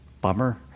Bummer